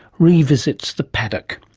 revisits the paddock.